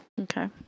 Okay